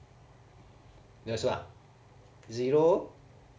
yes lah zero